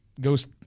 goes